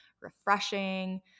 refreshing